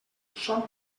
són